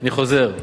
אני חוזר: